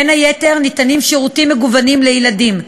בין היתר, ניתנים שירותים מגוונים לילדים,